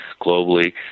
globally